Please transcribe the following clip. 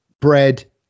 bread